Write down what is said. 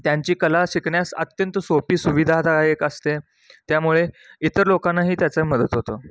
त्यांची कला शिकण्यास अत्यंत सोपी सुविधादायक असते त्यामुळे इतर लोकांनाही त्याचं मदत होतं